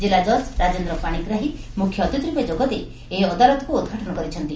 କିଲ୍ଲା ଜଜ୍ ରାଜେନ୍ଦ୍ର ପାଶିଗ୍ରାହୀ ମୁଖ୍ୟଅତିଥି ର୍ପେ ଯୋଗଦେଇ ଏହି ଅଦାଲତକୁ ଉଦ୍ଘାଟନ କରିଛନ୍ତି